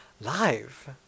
live